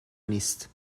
نیست